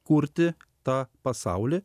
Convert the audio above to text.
kurti tą pasaulį